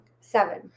Seven